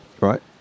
right